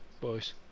boys